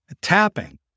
tapping